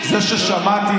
זה לא התפקיד של היושב-ראש.